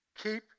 Keep